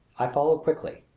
i followed quickly.